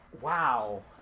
wow